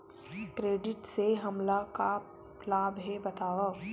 Credit से हमला का लाभ हे बतावव?